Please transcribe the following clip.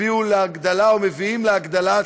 הביאו להגדלה או מביאים להגדלת